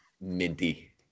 minty